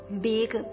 big